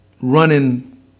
Running